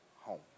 home